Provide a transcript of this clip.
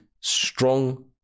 strong